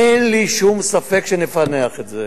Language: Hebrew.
אין לי שום ספק שנפענח את זה.